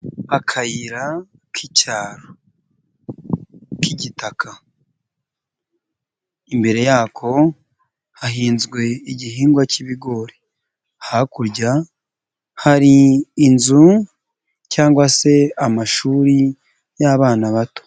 Akayira k'icyaro k'igitaka imbere yako hahinzwe igihingwa cy'ibigori, hakurya hari inzu cyangwa se amashuri y'abana bato.